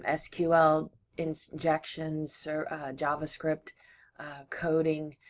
ah sql injections, javascript coding,